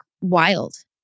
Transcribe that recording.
wild